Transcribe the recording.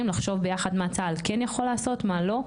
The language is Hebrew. לחשוב ביחד מה צהל יכול לעשות מה לא.